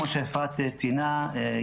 כמו שיפעת ציינה,